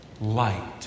light